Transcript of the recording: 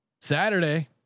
Saturday